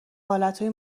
حالتهای